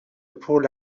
پول